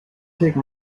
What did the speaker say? take